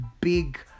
big